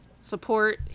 support